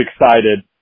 excited